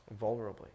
Vulnerably